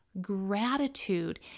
Gratitude